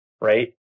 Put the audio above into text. right